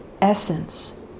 essence